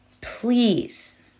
Please